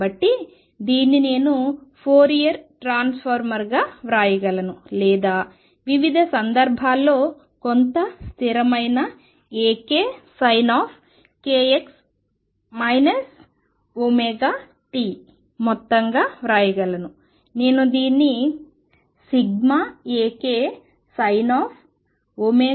కాబట్టి దీన్ని నేను ఫోరియర్ ట్రాన్స్ఫార్మ్గా వ్రాయగలను లేదా వివిధ సందర్భాల్లో కొంత స్థిరమైన AkSinkx ωt మొత్తంగా వ్రాయగలను నేను దీన్ని AkSinωt kx